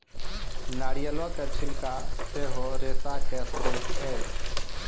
नारियलो के छिलका सेहो रेशा के स्त्रोत छै